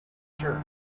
sure